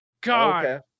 God